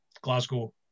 Glasgow